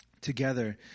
together